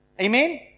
Amen